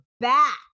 back